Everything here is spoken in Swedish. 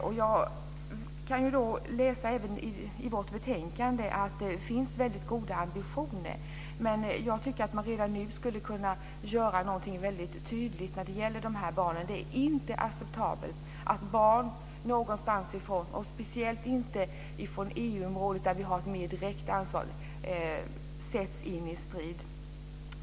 Av betänkandet framgår att det finns goda ambitioner, men jag tycker att man redan nu skulle kunna göra någonting tydligt när det gäller barnen. Det är inte acceptabelt att barn, speciellt inte från EU området där vi har ett mer direkt ansvar, sätts in i strid.